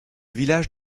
village